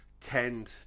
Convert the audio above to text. tend